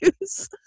use